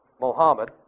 Mohammed